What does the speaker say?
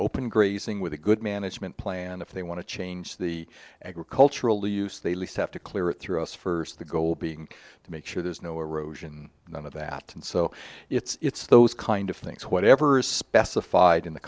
open grazing with a good management plan if they want to change the agricultural use they lease have to clear it through us for the goal being to make sure there's no erosion none of that and so it's those kind of things whatever's specified in the